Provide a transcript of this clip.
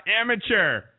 Amateur